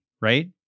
right